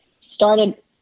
started